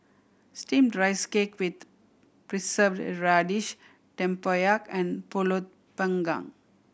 Steamed Rice Cake with Preserved Radish tempoyak and Pulut Panggang